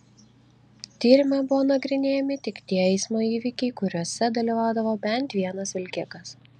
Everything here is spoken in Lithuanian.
tyrime buvo nagrinėjami tik tie eismo įvykiai kuriuose dalyvaudavo bent vienas vilkikas